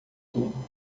tudo